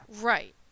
Right